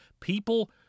People